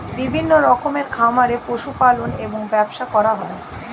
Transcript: বিভিন্ন রকমের খামারে পশু পালন এবং ব্যবসা করা হয়